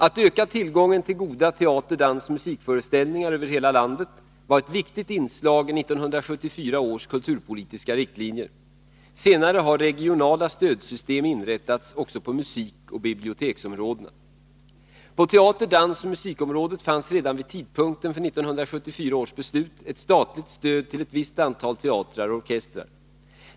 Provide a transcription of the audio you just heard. Att öka tillgången till goda teater-, dansoch musikföreställningar över hela landet var ett viktigt inslag i 1974 års kulturpolitiska riktlinjer. Senare har regionala stödsystem inrättats också på museioch biblioteksområdena. På teater-, dansoch musikområdet fanns redan vid tidpunkten för 1974 års beslut ett statligt stöd till ett visst antal teatrar och orkestrar.